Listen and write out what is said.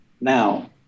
now